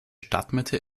stadtmitte